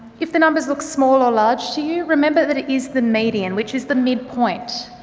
if the numbers look small or large to you, remember that it is the median, which is the midpoint.